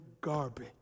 garbage